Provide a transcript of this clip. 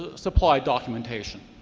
supply documentation.